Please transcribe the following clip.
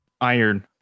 iron